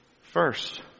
First